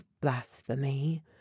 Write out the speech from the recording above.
blasphemy